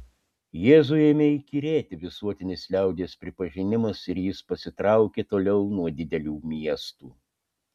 jėzui ėmė įkyrėti visuotinis liaudies pripažinimas ir jis pasitraukė toliau nuo didelių miestų